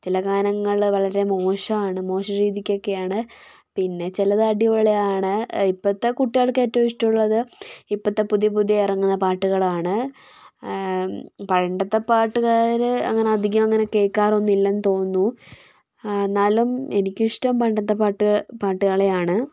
ചില ഗാനങ്ങൾ വളരെ മോശമാണ് മോശം രീതിക്കൊക്കെ ആണ് പിന്നെ ചിലത് അടിപൊളിയാണ് ഇപ്പോഴത്തെ കുട്ടികൾക്ക് ഏറ്റവും ഇഷ്ടമുള്ളത് ഇപ്പോഴത്തെ പുതിയ പുതിയ ഇറങ്ങുന്ന പാട്ടുകൾ ആണ് പണ്ടത്തെ പാട്ടുകാർ അങ്ങനെ അധികം അങ്ങനെ കേൾക്കാറൊന്നുമില്ലെന്ന് തോന്നുന്നു എന്നാലും എനിക്ക് ഇഷ്ടം പണ്ടത്തെ പാട്ടുകളെയാണ്